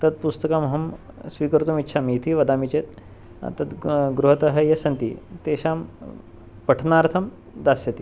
तत् पुस्तकमहं स्वीकर्तुम् इच्छामि इति वदामि चेत् तत् गृहतः ये सन्ति तेषां पठनार्थं दास्यति